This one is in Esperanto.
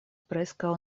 preskaŭ